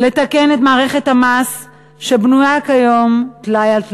לתקן את מערכת המס שבנויה כיום טלאי על טלאי.